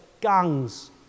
gangs